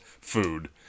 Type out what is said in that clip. food